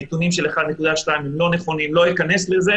הנתונים של 1.2 הם לא נכונים, ולא אכנס לזה.